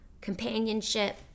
companionship